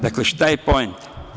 Dakle, šta je poenta?